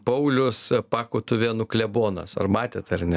paulius pakutuvėnų klebonas ar matėt ar ne